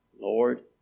Lord